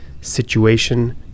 Situation